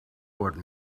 what